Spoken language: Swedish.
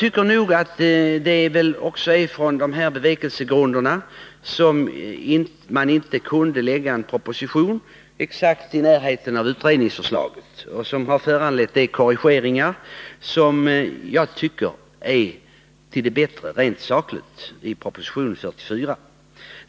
Det var nog också med dessa bevekelsegrunder som regeringen inte ansåg sig kunna lägga fram en proposition i närheten av utredningsförslaget, vilket har föranlett de korrigeringar som jag tycker är till det bättre, rent sakligt, i proposition 44.